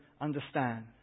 understand